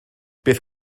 beth